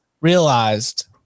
realized